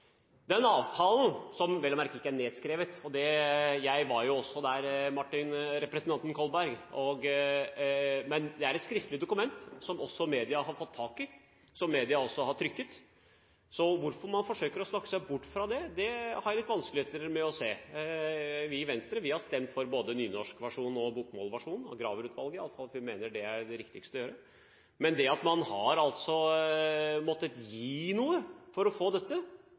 Den avtalen er vel og merke ikke nedskrevet – jeg var jo også der – men det er et skriftlig dokument som også media har fått tak i, som media også har trykket, så hvorfor man forsøker å snakke seg bort fra det, har jeg litt vanskeligheter med å se. Vi i Venstre har stemt for både nynorsk- og bokmål-versjonen til Graver-utvalget i alle fall, fordi vi mener det er det riktigste å gjøre. Men det at man altså har måttet gi noe for å få dette